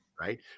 Right